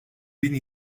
bin